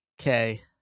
Okay